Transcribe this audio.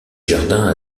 jardins